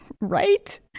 Right